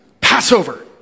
Passover